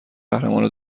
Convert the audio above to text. قهرمان